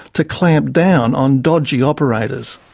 to clamp down on dodgy operators.